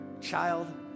child